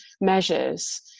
measures